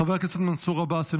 חבר הכנסת מנסור עבאס,